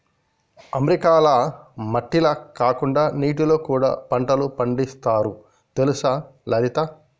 అమెరికాల మట్టిల కాకుండా నీటిలో కూడా పంటలు పండిస్తారు తెలుసా లలిత